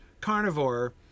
carnivore